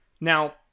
now